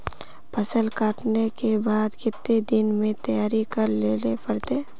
फसल कांटे के बाद कते दिन में तैयारी कर लेले पड़ते?